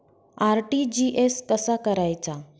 RTGS कसा करायचा?